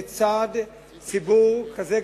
לצד ציבור כזה,